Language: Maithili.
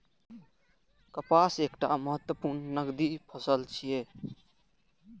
कपास एकटा महत्वपूर्ण नकदी फसल छियै